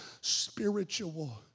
spiritual